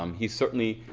um he certainly,